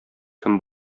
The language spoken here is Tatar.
кем